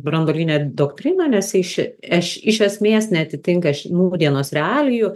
branduolinę doktriną nes jei ši eš iš esmės neatitinka š nūdienos realijų